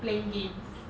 playing games